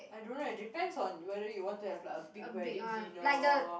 I don't know leh depends on whether you want to have like a big wedding dinner